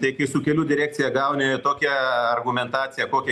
tai kai su kelių direkcija gauni tokią argumentaciją kokią